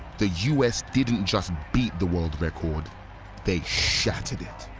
the us didn't just beat the world record they shattered it.